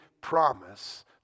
promise